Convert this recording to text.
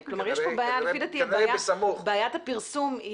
כדי שאפשר יהיה לעשות בנייה חוקית,